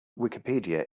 wikipedia